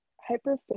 hyper